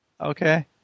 Okay